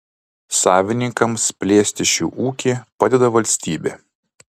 savininkams plėsti šį ūkį padeda valstybė